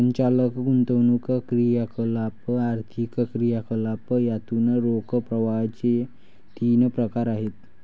संचालन, गुंतवणूक क्रियाकलाप, आर्थिक क्रियाकलाप यातून रोख प्रवाहाचे तीन प्रकार आहेत